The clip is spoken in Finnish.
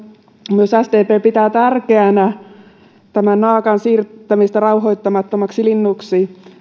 myös sdp pitää tärkeänä toimenpiteenä tätä naakan siirtämistä rauhoittamattomaksi linnuksi